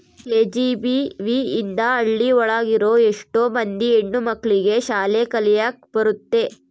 KGBV ಇಂದ ಹಳ್ಳಿ ಒಳಗ ಇರೋ ಎಷ್ಟೋ ಮಂದಿ ಹೆಣ್ಣು ಮಕ್ಳಿಗೆ ಶಾಲೆ ಕಲಿಯಕ್ ಬರುತ್ತೆ